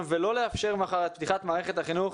ולא לאפשר מחר את פתיחת מערכת החינוך,